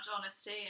honesty